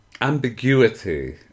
ambiguity